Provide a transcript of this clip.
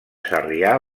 sarrià